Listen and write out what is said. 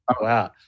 Wow